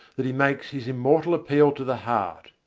that he makes his immortal appeal to the heart.